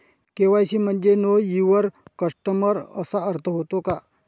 KYC म्हणजे know your customer असा अर्थ होतो का?